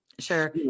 Sure